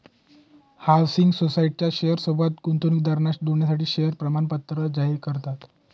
housing सोसायटीच्या share सोबत गुंतवणूकदारांना जोडण्यासाठी शेअर प्रमाणपत्र जारी करतात